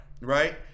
right